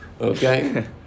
Okay